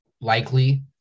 likely